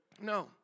No